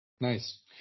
Nice